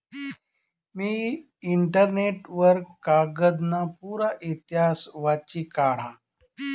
मी internet वर कागदना पुरा इतिहास वाची काढा